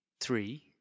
three